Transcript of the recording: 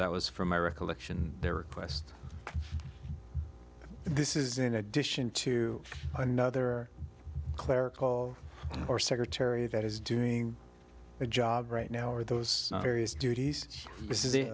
that was from my recollection their request and this is in addition to another clerical or secretary that is doing a job right now are those various duties